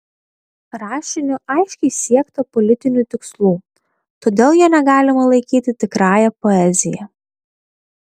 rašiniu aiškiai siekta politinių tikslų todėl jo negalima laikyti tikrąja poezija